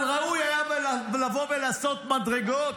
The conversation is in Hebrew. אבל ראוי היה לבוא ולעשות מדרגות.